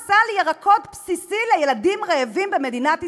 במניעת סל ירקות בסיסי לילדים רעבים במדינת ישראל.